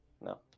No